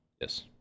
Yes